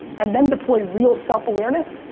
and then deploy real self-awareness.